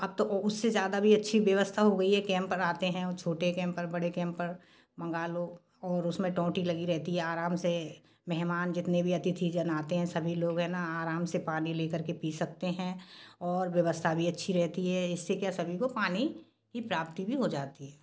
अब तो औ उससे ज़्यादा भी अच्छी व्यवस्था हो गई है कैम्पर आते हें औ छोटे कैम्पर बड़े कैम्पर मंगा लो और उसमें टूटी लगी रहती है आराम से मेहमान जीतने भी अतिथिजन आते हैं सभी लोग हे ना आराम से पानी ले कर के पी सकते हैं और व्यवस्था भी अच्छी रहती है इससे क्या सभी को पानी की प्राप्ति भी हो जाती है